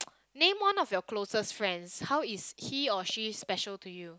name one of your closest friends how is he or she special to you